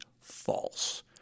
false